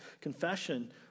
confession